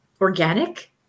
organic